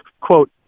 quote